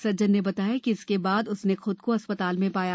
सज्जन ने बताया कि इसके बाद उसने ख्द को अस्पताल में पाया